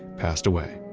passed away.